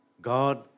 God